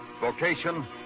Vocation